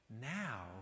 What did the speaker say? Now